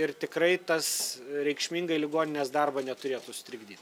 ir tikrai tas reikšmingai ligoninės darbo neturėtų sutrikdyt